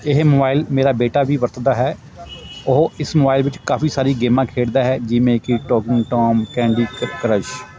ਇਹ ਮੋਬਾਈਲ ਮੇਰਾ ਬੇਟਾ ਵੀ ਵਰਤਦਾ ਹੈ ਉਹ ਇਸ ਮੋਬਾਈਲ ਵਿੱਚ ਕਾਫੀ ਸਾਰੀ ਗੇਮਾਂ ਖੇਡਦਾ ਹੈ ਜਿਵੇਂ ਕਿ ਟੋਕਿੰਗ ਟੌਮ ਕੈਂਡੀ ਕ ਕਰਸ਼